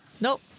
Nope